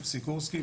סיקורסקי,